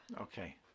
Okay